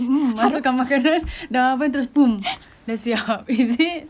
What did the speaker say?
mmhmm masukkan makanan dalam oven terus boom dah siap is it